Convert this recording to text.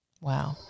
Wow